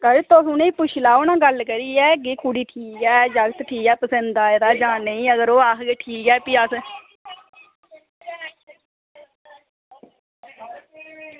भई तुस उनें ई पुच्छी लैओ ना गल्ल करियै की कुड़ी ठीक ऐ जागत् ठीक ऐ पसंद आए दा जां नेईं अगर ओह् आक्खगे